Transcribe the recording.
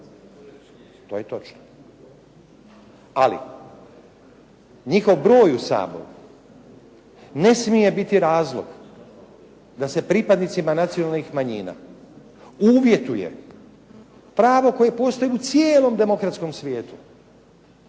To je točno. Ali njihov broj u Saboru ne smije biti razlog da se pripadnicima nacionalnih manjina uvjetuje pravo koji postoji u cijelom demokratskom svijetu